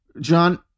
John